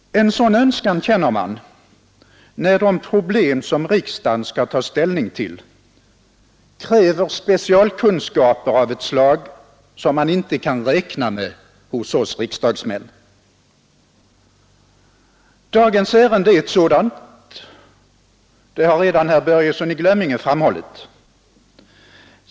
En sådan önskan känner man, när de problem som riksdagen skall ta ställning till kräver specialkunskaper av ett slag, som man inte kan räkna med hos oss riksdagsmän. Dagens ärende är ett sådant. Det har redan herr Börjesson i Glömminge framhållit.